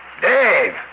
Dave